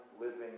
living